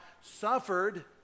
suffered